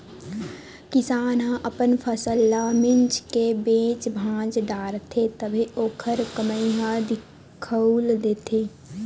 किसान ह अपन फसल ल मिंज के बेच भांज डारथे तभे ओखर कमई ह दिखउल देथे